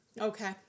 Okay